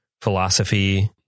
philosophy